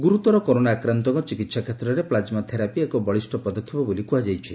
ଗୁରୁତର କରୋନା ଆକ୍ରାନ୍ତଙ୍କ ଚିକିହା କ୍ଷେତ୍ରରେ ପ୍ଲାକମା ଥେରାପି ଏକ ବଳିଷ ପଦକ୍ଷେପ ବୋଲି କୁହାଯାଉଛି